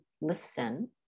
listen